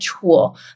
tool